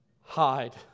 hide